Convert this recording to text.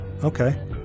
Okay